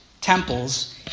temples